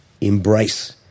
embrace